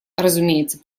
разумеется